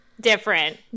different